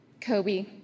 Kobe